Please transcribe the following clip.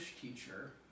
teacher